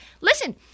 Listen